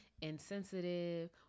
insensitive